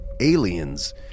aliens